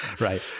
Right